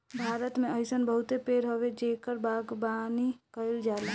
भारत में अइसन बहुते पेड़ हवे जेकर बागवानी कईल जाला